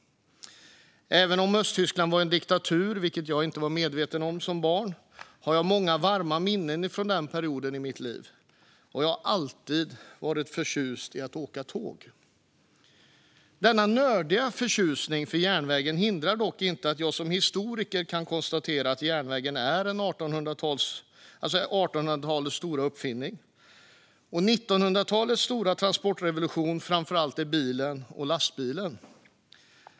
Även om Östtyskland var en diktatur, vilket jag inte var medveten om som barn, har jag många varma minnen från den perioden i mitt liv, och jag har alltid varit förtjust i att åka tåg. Denna nördiga förtjusning för järnvägen hindrar dock inte att jag som historiker kan konstatera att järnvägen är 1800-talets stora uppfinning, och 1900-talets stora transportrevolution är framför allt bilen och lastbilen.